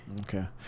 Okay